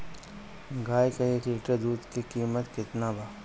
गाए के एक लीटर दूध के कीमत केतना बा?